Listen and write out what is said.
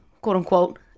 quote-unquote